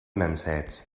mensheid